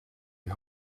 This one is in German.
die